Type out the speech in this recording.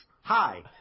Hi